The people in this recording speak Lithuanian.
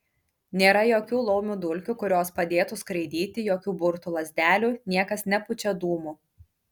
nėra jokių laumių dulkių kurios padėtų skraidyti jokių burtų lazdelių niekas nepučia dūmų